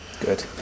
Good